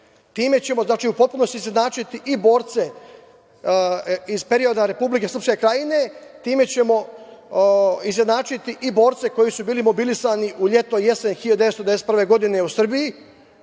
time ćemo izjednačiti i borce iz perioda Republike Srpske Krajine i time ćemo izjednačiti i borce koji su bili mobilisani u leto, jesen 1991. godine u Srbiji,